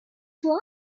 toi